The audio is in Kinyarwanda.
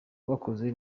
rwakoze